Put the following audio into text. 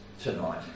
tonight